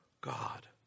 God